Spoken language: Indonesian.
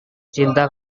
cinta